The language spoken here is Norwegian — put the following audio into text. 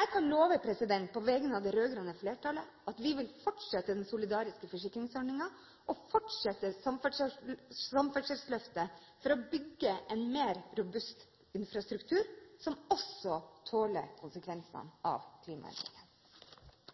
Jeg kan på vegne av det rød-grønne flertallet love at vi vil fortsette med den solidariske forsikringsordningen og fortsette med samferdselsløftet for å bygge en mer robust infrastruktur, som også tåler konsekvensene av